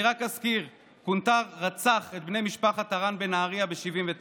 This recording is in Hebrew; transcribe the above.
אני רק אזכיר: קונטאר רצח את בני משפחת הרן בנהריה ב-1979.